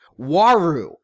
Waru